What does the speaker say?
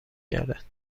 گردد